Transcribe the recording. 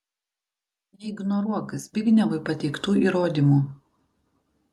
neignoruok zbignevui pateiktų įrodymų